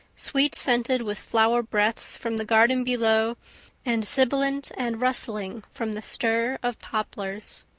sweet-scented with flower breaths from the garden below and sibilant and rustling from the stir of poplars.